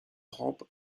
rampe